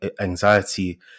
anxiety